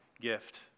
gift